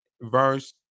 verse